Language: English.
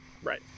Right